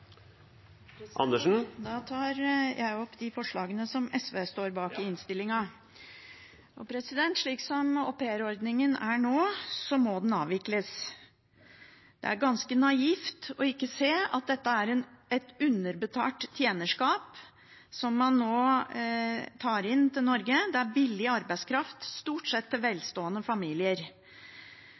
nå, må den avvikles. Det er ganske naivt ikke å se at det er et underbetalt tjenerskap som man nå tar inn til Norge. Det er billig arbeidskraft, stort sett til velstående familier.